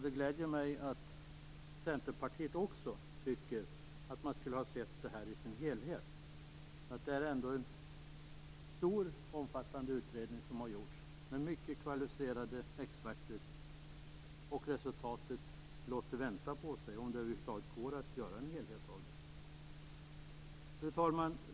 Det gläder mig att också Centerpartiet tycker att man skulle ha sett detta i sin helhet. Det är ändå en stor och omfattande utredning som har gjorts av mycket kvalificerade experter. Resultatet låter vänta på sig, om det över huvud taget går att göra en helhet av det. Fru talman!